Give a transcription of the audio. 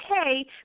okay